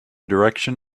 direction